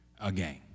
again